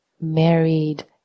Married